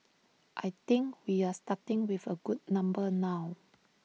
I think we are starting with A good number now